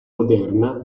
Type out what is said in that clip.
moderna